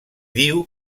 diu